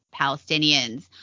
Palestinians